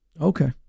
Okay